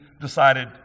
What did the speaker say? decided